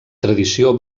tradició